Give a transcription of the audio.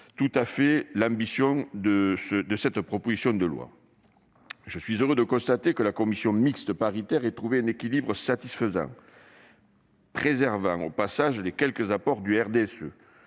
tout à fait l'ambition de cette proposition de loi. Je suis heureux de constater que la commission mixte paritaire a trouvé un équilibre satisfaisant, préservant au passage les quelques apports du RDSE.